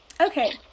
Okay